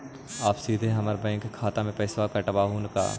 आप सीधे हमर बैंक खाता से पैसवा काटवहु का?